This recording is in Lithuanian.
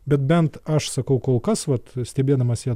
bet bent aš sakau kol kas vat stebėdamas į